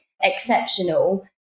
exceptional